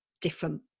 different